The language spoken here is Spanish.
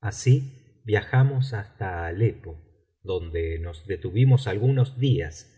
así viajamos hasta alepo donde nos detuvimos algunos días